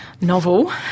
novel